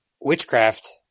witchcraft